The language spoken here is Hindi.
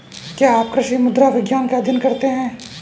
क्या आप कृषि मृदा विज्ञान का अध्ययन करते हैं?